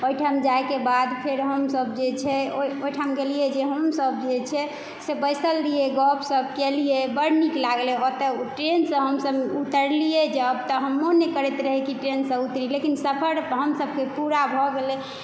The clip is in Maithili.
ओहिठाम जायक बाद फेर हमसभ जे छै ओहिठाम गेलियै जे हमसभ जे छै बैसल रहियै गपसप केलियै बड नीक लागलै ओतय ओ ट्रेनसँ हमसभ उतरलियै जब तब मोन नहि करतै रहै कि ट्रेनसँ उतरी लेकिन सफर हमसभके पूरा भऽ गेलै